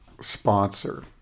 sponsor